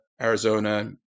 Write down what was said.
Arizona